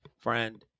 friend